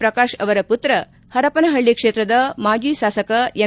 ಪ್ರಕಾಶ್ ಅವರ ಪುತ್ರ ಪರಪನಹಳ್ಳಿ ಕ್ಷೇತ್ರದ ಮಾಜಿ ಶಾಸಕ ಎಂ